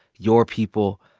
your people,